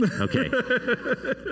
okay